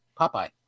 popeye